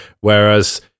Whereas